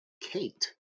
Kate